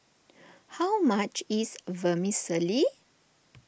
how much is Vermicelli